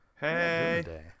hey